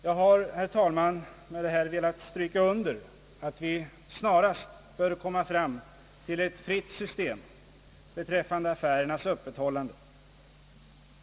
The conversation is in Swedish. Jag har, herr talman, med detta velat stryka under att vi snarast bör komma fram till ett fritt system beträffande affärernas öppethållande.